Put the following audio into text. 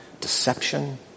deception